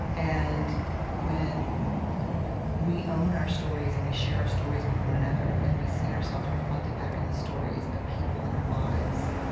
and when we own our stories and we share our stories with one another and we see ourselves reflected back in the stories of people in our lives,